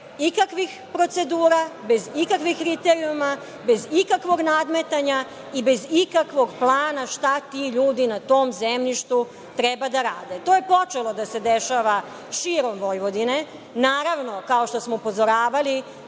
ikakvih procedura, bez ikakvih kriterijuma, bez ikakvog nadmetanja i bez ikakvog plana šta ti ljudi na tom zemljištu treba da rade. To je počelo da se dešava širom Vojvodine. Naravno, kao što smo upozoravali,